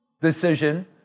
decision